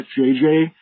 JJ